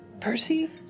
Percy